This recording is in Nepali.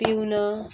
पिउन